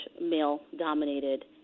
male-dominated